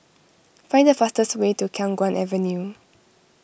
find the fastest way to Khiang Guan Avenue